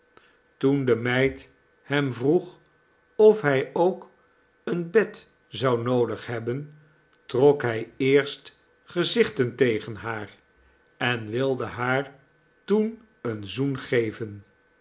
toen de meid hem vroeg of hij ook een bed zou noodig hebben trok hij eerst gezichten tegen haar en wilde haar toen een zoen geven